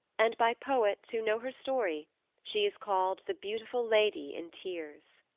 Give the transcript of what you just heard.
and by poets who know her story she is called the beautiful lady in tears.